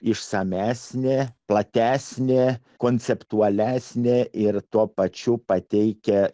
išsamesnė platesnė konceptualesnė ir tuo pačiu pateikia